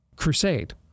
crusade